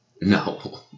No